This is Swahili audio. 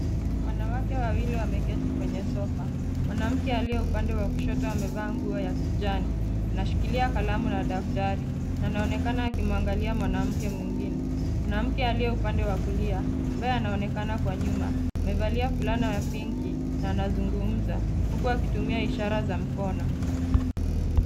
Wanawake wawili wameketi kwenye sofa, mwanamke aliye kwenye upande wa kushoto amevaa nguo ya kijani anashikilia kalamu na daftari na anaonekana akimwangalia mwanamke mwingine, mwanamke aliye upande wa kulia ambaye anaonekana kwa nyuma amevalia fulana ya pinki na anzungumza huku akitumia ishara za mkono.